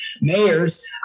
mayors